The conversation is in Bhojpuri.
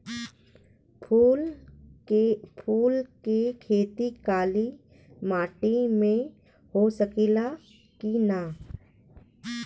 फूल के खेती काली माटी में हो सकेला की ना?